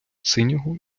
синього